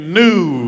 new